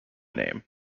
name